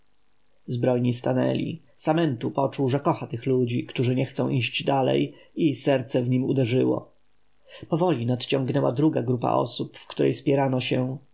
zbrojni stanęli samentu poczuł że kocha tych ludzi którzy nie chcą iść dalej i serce w nim uderzyło powoli nadciągnęła druga grupa osób w której spierano się